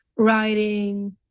writing